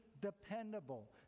dependable